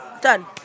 done